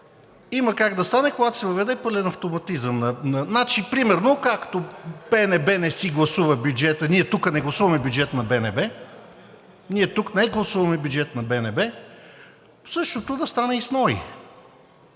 Има как да стане, като се създаде пълен автоматизъм. Примерно както БНБ не си гласува бюджета, ние тук не гласуваме бюджет на БНБ – ние тук не гласуваме бюджет на БНБ! – същото да стане и с НОИ